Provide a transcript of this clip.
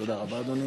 תודה רבה, אדוני.